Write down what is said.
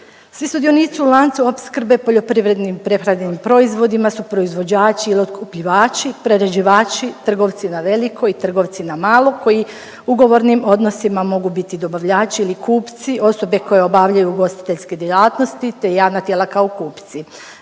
Svi sudionici u lancu opskrbe poljoprivrednim prehrambenim proizvodima su proizvođači ili otkupljivači, prerađivači, trgovci na veliko i trgovci na malo koji ugovornim odnosima mogu biti dobavljači ili kupci, osobe koje obavljaju ugostiteljske djelatnosti te javna tijela kao kupci.